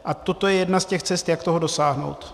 A toto je jedna z těch cest, jak toho dosáhnout.